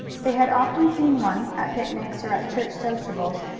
they had often seen one, at picnics or at church sociables,